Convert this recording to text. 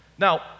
Now